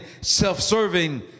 self-serving